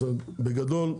בגדול,